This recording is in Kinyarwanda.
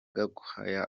gakwaya